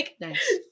Nice